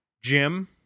Jim